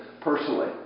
personally